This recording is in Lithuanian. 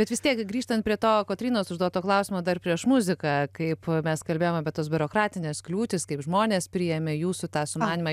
bet vis tiek grįžtant prie to kotrynos užduoto klausimo dar prieš muziką kaip mes kalbėjom apie tas biurokratines kliūtis kaip žmonės priėmė jūsų tą sumanymą